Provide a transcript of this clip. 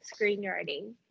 screenwriting